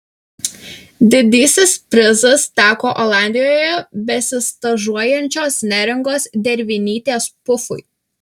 didysis prizas teko olandijoje besistažuojančios neringos dervinytės pufui